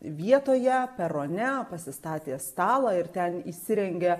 vietoje perone pasistatė stalą ir ten įsirengė